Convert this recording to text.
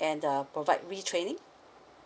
and uh provide re training